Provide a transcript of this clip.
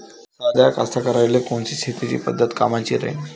साध्या कास्तकाराइले कोनची शेतीची पद्धत कामाची राहीन?